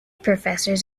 professors